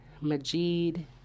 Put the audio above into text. Majid